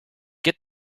get